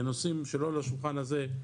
בנושאים שלא על השולחן הזה,